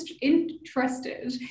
interested